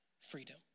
freedom